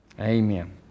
Amen